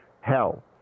hell